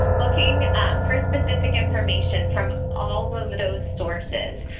looking for specific information from all of those sources.